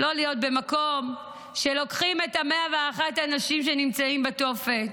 לא להיות במקום שלוקחים את 101 האנשים שנמצאים בתופת,